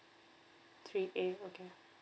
three eight okay